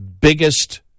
biggest